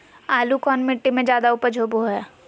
आलू कौन मिट्टी में जादा ऊपज होबो हाय?